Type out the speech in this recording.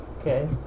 Okay